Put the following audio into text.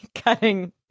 cutting